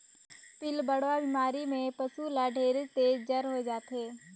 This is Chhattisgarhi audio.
पिलबढ़वा बेमारी में पसु ल ढेरेच तेज जर होय जाथे